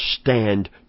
stand